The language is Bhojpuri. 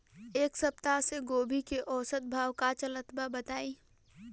एक सप्ताह से गोभी के औसत भाव का चलत बा बताई?